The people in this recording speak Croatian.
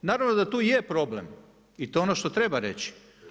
Naravno da tu je problem i to je ono što treba reći.